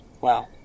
Wow